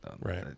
Right